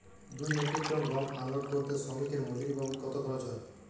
দুই metric ton গম unload করতে শ্রমিক এর মজুরি বাবদ কত খরচ হয়?